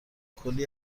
کلی